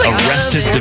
Arrested